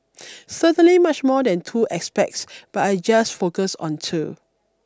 certainly much more than two aspects but I'll just focus on two